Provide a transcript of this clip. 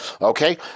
okay